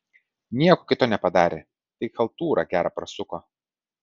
nieko kito nepadarė tik chaltūrą gerą prasuko